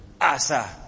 Asa